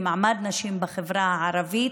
למעמד נשים בחברה הערבית,